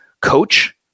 coach